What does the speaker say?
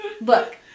look